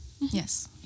Yes